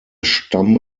stamm